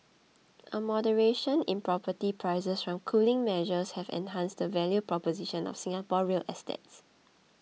a moderation in property prices from cooling measures have enhanced the value proposition of Singapore real estates